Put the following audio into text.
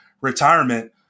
retirement